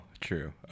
true